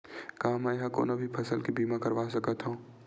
का मै ह कोनो भी फसल के बीमा करवा सकत हव?